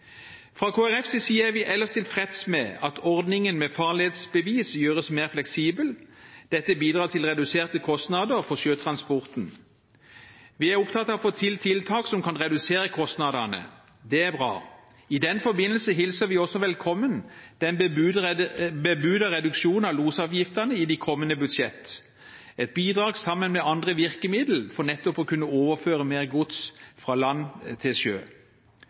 Fra Kristelig Folkepartis side er vi ellers tilfreds med at ordningen med farledsbevis gjøres mer fleksibel. Dette bidrar til reduserte kostnader for sjøtransporten. Vi er opptatt av å få til tiltak som kan redusere kostnadene – det er bra. I den forbindelse hilser vi også velkommen den bebudede reduksjonen av losavgiftene i de kommende budsjett – et bidrag sammen med andre virkemiddel for nettopp å kunne overføre mer gods fra land til sjø.